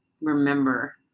remember